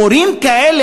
מורים כאלה,